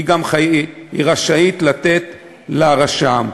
היא רשאית לתת לרשם.